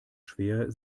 schwer